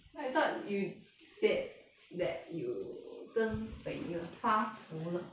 I thought you scared that you 增肥了发福了